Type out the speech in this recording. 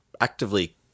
actively